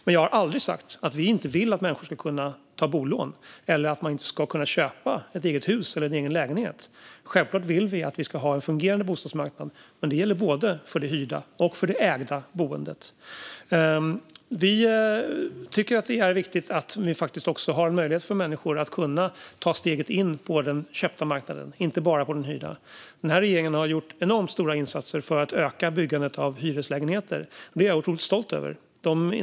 Men jag har aldrig sagt att vi inte vill att människor ska kunna ta bolån eller att man inte ska kunna köpa ett eget hus eller en egen lägenhet. Självklart vill vi ha en fungerande bostadsmarknad, men det gäller både för det hyrda och för det ägda boendet. Vi tycker att det är viktigt att det finns en möjlighet för människor att kunna ta steget in på den köpta marknaden och inte bara på den hyrda. Den här regeringen har gjort enormt stora insatser för att öka byggandet av hyreslägenheter. Det är jag otroligt stolt över.